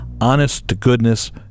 honest-to-goodness